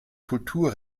kultur